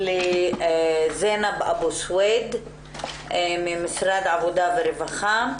זינב אבו סויד ממשרד העבודה והרווחה.